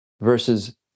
versus